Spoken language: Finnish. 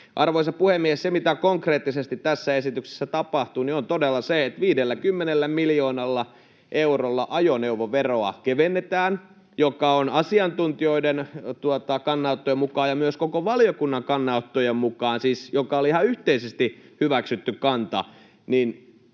Arvoisa puhemies! Se, mitä konkreettisesti tässä esityksessä tapahtuu, on todella se, että 50 miljoonalla eurolla ajoneuvoveroa kevennetään, mikä on asiantuntijoiden kannanottojen mukaan ja myös koko valiokunnan kannanottojen mukaan — siis joka oli ihan yhteisesti hyväksytty kanta